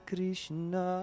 Krishna